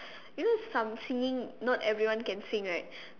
you know some singing not everyone can sing right